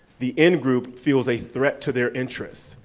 the ingroup feels a threat to their interests,